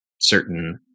certain